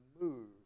move